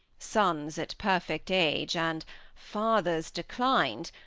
sons at perfect age, and fathers declining,